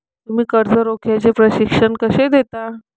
तुम्ही कर्ज रोख्याचे प्रशिक्षण कसे देता?